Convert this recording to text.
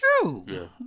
True